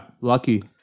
lucky